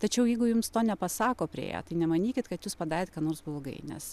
tačiau jeigu jums to nepasako priėję tai nemanykit kad jūs padarėt ką nors blogai nes